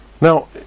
Now